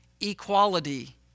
equality